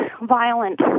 violent